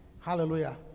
Hallelujah